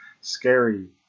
scary